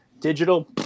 digital